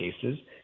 cases